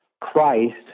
Christ